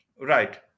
right